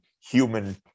human